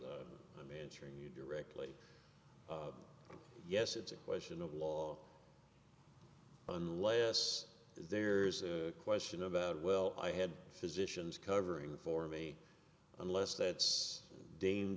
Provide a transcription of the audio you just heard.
answering you directly yes it's a question of law unless there's a question about well i had physicians covering for me unless that's de